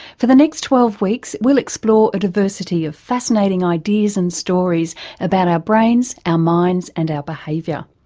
for the next twelve weeks we'll explore a diversity of fascinating ideas and stories about our brains, our minds and our behaviour.